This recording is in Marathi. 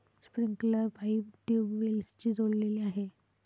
स्प्रिंकलर पाईप ट्यूबवेल्सशी जोडलेले आहे